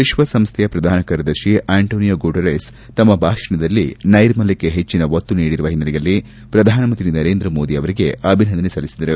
ವಿಶ್ವಸಂಸ್ಲೆಯ ಪ್ರಧಾನ ಕಾರ್ಯದರ್ತಿ Antonio Guterres ತಮ್ನ ಭಾಷಣದಲ್ಲಿ ಸ್ಲೆರ್ಮಲ್ಲಕ್ಷೆ ಹೆಚ್ಲನ ಒತ್ತು ನೀಡಿರುವ ಹಿನ್ನೆಲೆಯಲ್ಲಿ ಪ್ರಧಾನಮಂತ್ರಿ ನರೇಂದ್ರ ಮೋದಿ ಅವರಿಗೆ ಅಭಿನಂದನೆ ಸಲ್ಲಿಸಿದರು